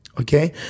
okay